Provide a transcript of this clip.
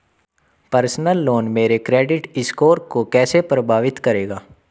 Personal loan मेरे credit score को कैसे प्रभावित करेगा?